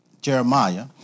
Jeremiah